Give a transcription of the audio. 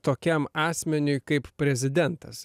tokiam asmeniui kaip prezidentas